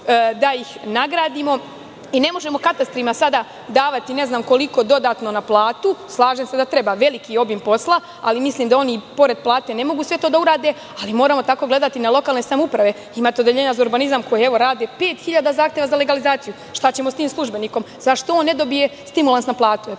da ih nagradimo i ne možemo katastrima sada davati dodatno na platu, slažem se da treba, veliki obim posla, ali oni ne mogu sve to da urade, ali moramo tako gledati na lokalne samouprave jer imate odeljenje za urbanizam koji radi pet hiljada zahteva za legalizaciju. Šta ćemo sa tim službenikom? Zašto on ne dobije stimulans na platu?